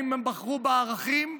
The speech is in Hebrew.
אם הם בחרו בערכים,